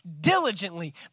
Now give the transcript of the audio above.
diligently